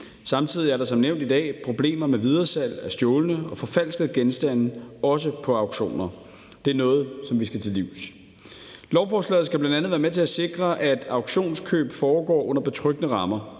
Samtidig er der som nævnt i dag problemer med videresalg af stjålne og forfalskede genstande, også på auktioner. Det er noget, som vi skal til livs. Lovforslaget skal bl.a. være med til at sikre, at auktionskøb foregår under betryggende rammer.